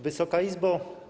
Wysoka Izbo!